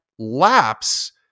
Lapse